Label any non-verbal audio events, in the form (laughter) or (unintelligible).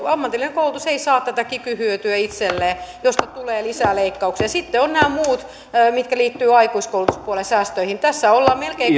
ammatillinen koulutus ei saa tätä kiky hyötyä itselleen mistä tulee lisää leikkauksia ja sitten ovat nämä muut mitkä liittyvät aikuiskoulutuspuolen säästöihin tässä ollaan melkein (unintelligible)